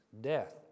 death